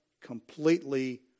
completely